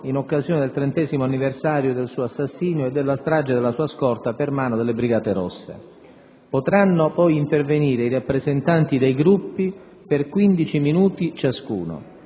in occasione del 30° anniversario del suo assassinio e della strage della sua scorta per mano delle Brigate rosse. Potranno poi intervenire i rappresentanti dei Gruppi per quindici minuti ciascuno.